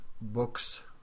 books